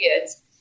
kids